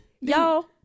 y'all